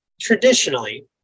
Traditionally